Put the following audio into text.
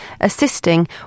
assisting